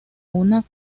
una